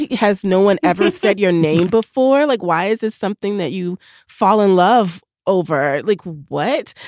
has no one ever said your name before? like, why is is something that you fall in love over? like what?